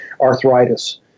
arthritis